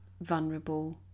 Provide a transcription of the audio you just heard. vulnerable